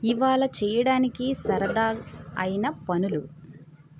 ఇవాళ చెయ్యడానికి సరదా అయిన పనులు